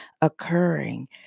occurring